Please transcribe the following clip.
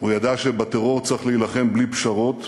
הוא ידע שבטרור צריך להילחם בלי פשרות.